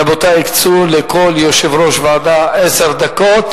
רבותי, הקצו לכל יושב-ראש ועדה עשר דקות.